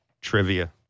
trivia